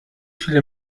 viele